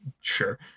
Sure